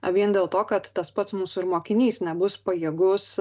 vien dėl to kad tas pats mūsų ir mokinys nebus pajėgus